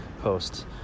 posts